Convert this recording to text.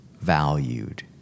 valued